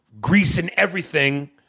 grease-and-everything